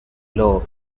law